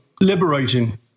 liberating